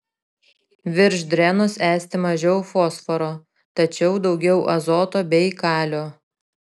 virš drenos esti mažiau fosforo tačiau daugiau azoto bei kalio